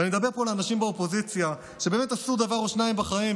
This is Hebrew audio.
ואני מדבר פה לאנשים באופוזיציה שבאמת עשו דבר או שניים בחיים,